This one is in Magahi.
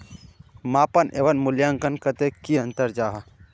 मापन एवं मूल्यांकन कतेक की अंतर जाहा?